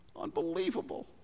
Unbelievable